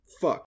Fuck